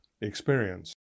experience